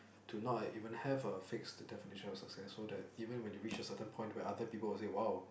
to not even have a fix the definition of success so that even when you reach to a certain point where other people would say !wow!